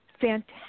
fantastic